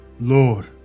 lord